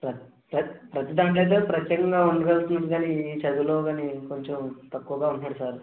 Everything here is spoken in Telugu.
సార్ ప్ర ప్రతీ దాంట్లో అయితే ప్రత్యేకంగా ఉండగలుగుతున్నాడు కాని ఈ చదువులో కాని కొంచెం తక్కువగా ఉంటున్నాడు సార్